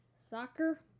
Soccer